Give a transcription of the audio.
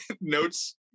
Notes